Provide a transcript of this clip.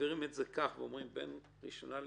מעבירים את זה כך ואומרים שבין קריאה ראשונה,